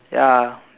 ya